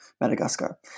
Madagascar